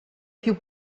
più